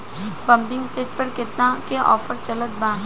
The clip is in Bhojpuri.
पंपिंग सेट पर केतना के ऑफर चलत बा?